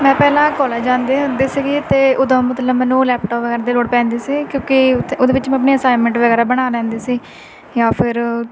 ਮੈਂ ਪਹਿਲਾਂ ਕੋਲਜ ਜਾਂਦੀ ਹੁੰਦੀ ਸੀਗੀ ਅਤੇ ਉਦੋਂ ਮਤਲਬ ਮੈਨੂੰ ਲੈਪਟੋਪ ਵਗੈਰਾ ਦੀ ਲੋੜ ਪੈਂਦੀ ਸੀ ਕਿਉਂਕਿ ਉੱਥੇ ਉਹਦੇ ਵਿੱਚ ਮੈਂ ਆਪਣੀਆਂ ਅਸਾਇਨਮੈਂਟ ਵਗੈਰਾ ਬਣਾ ਲੈਂਦੀ ਸੀ ਜਾਂ ਫਿਰ